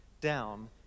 down